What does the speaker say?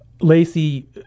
Lacey